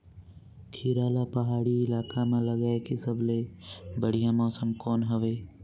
खीरा ला पहाड़ी इलाका मां लगाय के सबले बढ़िया मौसम कोन हवे?